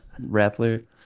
rappler